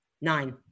Nine